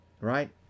Right